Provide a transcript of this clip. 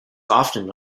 often